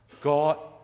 God